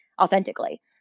authentically